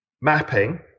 mapping